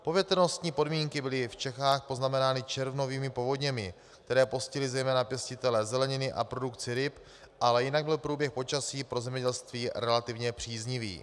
Povětrnostní podmínky byly v Čechách poznamenány červnovými povodněmi, které postihly zejména pěstitele zeleniny a produkci ryb, ale jinak byl průběh počasí pro zemědělství relativně příznivý.